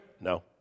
No